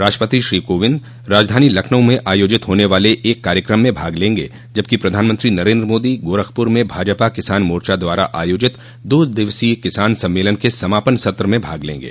राष्ट्रपति श्री कोविंद राजधानी लखनऊ में आयोजित होने वाले एक कार्यक्रम में भाग लेंगे जबकि प्रधानमंत्री नरेन्द्र मोदी गोरखपूर में भाजपा किसान मोर्चा द्वारा आयोजित दो दिवसीय किसान सम्मेलन के समापन सत्र में भाग लेंगे